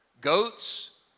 goats